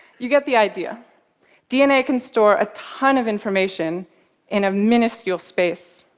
you get the idea dna can store a ton of information in a minuscule space.